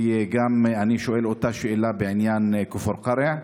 אני שואל את אותה שאלה בעניין כפר קרע.